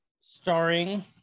Starring